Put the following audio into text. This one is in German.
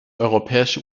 europäische